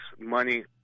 money